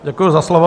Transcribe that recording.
Děkuji za slovo.